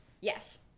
Yes